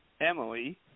Emily